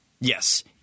yes